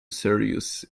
seriously